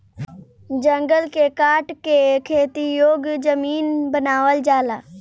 जंगल के काट के खेती योग्य जमीन बनावल जाता